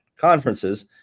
conferences